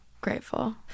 grateful